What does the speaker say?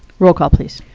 roll call, please.